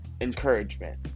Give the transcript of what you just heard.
encouragement